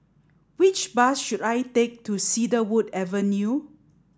which bus should I take to Cedarwood Avenue